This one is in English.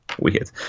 weird